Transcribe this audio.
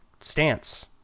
stance